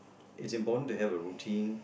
it's important to have routine